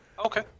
Okay